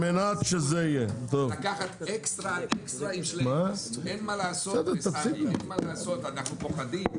אין מה לעשות, אני אומר לך שאנחנו פוחדים.